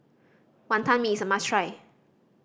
Wantan Mee is a must try